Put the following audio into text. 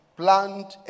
plant